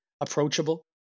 approachable